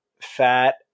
fat